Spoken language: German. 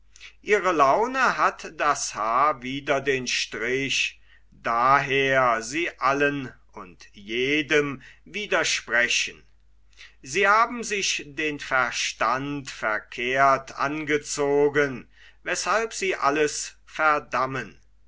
ihre laune hat das haar wider den strich daher sie allen und jedem widersprechen sie haben sich den verstand verkehrt angezogen weshalb sie alles verdammen